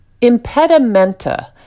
impedimenta